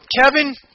Kevin